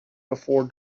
before